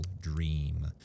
dream